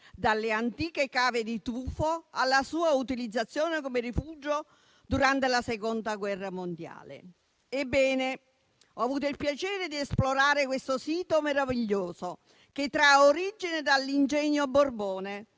dalle antiche cave di tufo alla sua utilizzazione come rifugio durante la Seconda guerra mondiale. Ebbene, ho avuto il piacere di esplorare questo sito meraviglioso, che trae origine dall'ingegno borbonico